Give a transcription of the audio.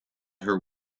her